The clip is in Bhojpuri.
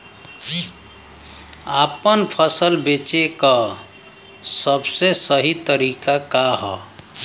आपन फसल बेचे क सबसे सही तरीका का ह?